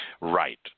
Right